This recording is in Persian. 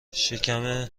شکم